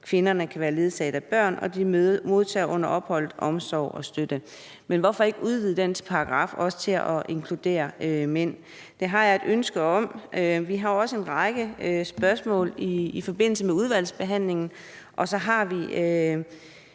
Kvinderne kan være ledsaget af børn, og de modtager under opholdet omsorg og støtte.« Men hvorfor ikke udvide den paragraf til også at inkludere mænd? Det har jeg et ønske om. Vi har også en række spørgsmål i forbindelse med udvalgsbehandlingen, og så har vi